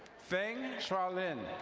feng tralin.